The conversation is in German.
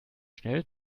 schnell